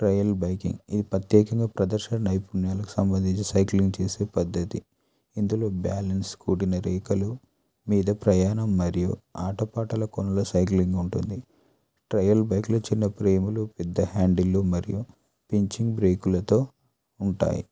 trial biking ఇది ప్రత్యేకంగా ప్రదర్శన నైపుణ్యాలకు సంబంధించి సైక్లింగ్ చేసే పద్ధతి ఇందులో బ్యాలెన్స్ కూడిన రేఖలు మీద ప్రయాణం మరియు ఆటపాటల కోసం సైక్లింగ్ ఉంటుంది ట్రయల్ బైక్లో చిన్న ఫ్రేములు పెద్ద హ్యాండిళ్ళు మరియు ఫించింగ్ బ్రేకులతో ఉంటాయి